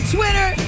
Twitter